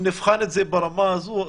אם נבחן את זה ברמה הזאת,